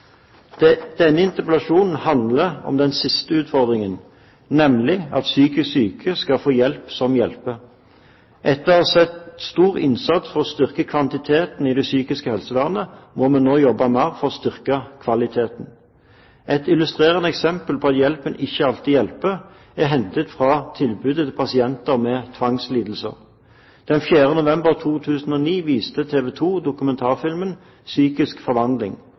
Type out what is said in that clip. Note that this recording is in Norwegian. om den siste utfordringen, nemlig at psykisk syke skal få hjelp som hjelper. Etter å ha satt inn stor innsats for å styrke kvantiteten i det psykiske helsevernet, må vi nå jobbe mer for å styrke kvaliteten. Et illustrerende eksempel på at hjelpen ikke alltid hjelper, er hentet fra tilbudet til pasienter med tvangslidelser. Den 4. november 2009 viste TV 2 dokumentarfilmen «Psyk forvandling!».